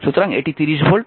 সুতরাং এটি 30 ভোল্ট